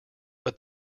but